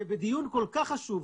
שבדיון כל כך חשוב,